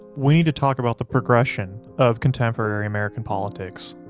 we need to talk about the progression of contemporary american politics,